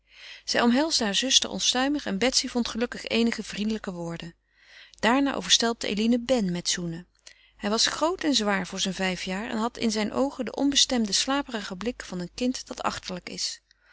zij omhelsde haar zuster onstuimig en betsy vond gelukkig eenige vriendelijke woorden daarna overstelpte eline ben met zoenen hij was groot en zwaar voor zijn vijf jaar en had in zijn oogen den onbestemden slaperigen blik van een kind dat achterlijk is